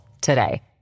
today